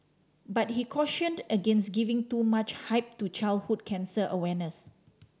but he cautioned against giving too much hype to childhood cancer awareness